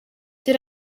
did